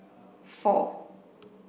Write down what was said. four